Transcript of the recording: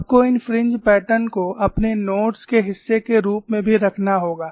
आपको इन fringe pattern को अपने नोट्स के हिस्से के रूप में भी रखना होगा